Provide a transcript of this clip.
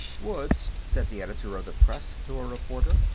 woods, said the editor of the press to a reporter,